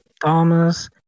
Thomas